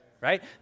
right